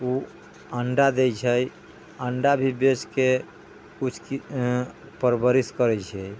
ओ अण्डा दै छै अण्डा भी बेचके कुछ परवरिश करै छियै